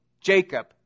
Jacob